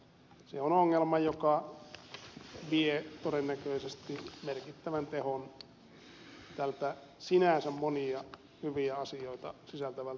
se on ongelma joka vie todennäköisesti merkittävän tehon tältä sinänsä monia hyviä asioita sisältävältä lainsäädännöltä